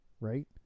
right